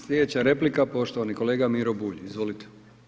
Slijedeća replika poštovani kolega Miro Bulj, izvolite.